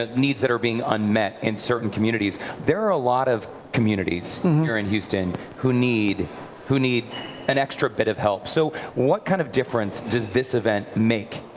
ah needs that are being unmet in certain communities, there are a lot of communities here in houston who need who need an extra bit of help. so what kind of difference does this event make?